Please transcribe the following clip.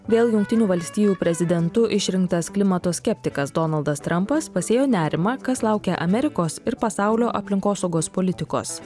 vėl jungtinių valstijų prezidentu išrinktas klimato skeptikas donaldas trampas pasėjo nerimą kas laukia amerikos ir pasaulio aplinkosaugos politikos